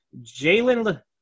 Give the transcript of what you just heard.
Jalen